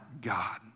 God